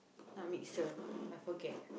not mixture I forget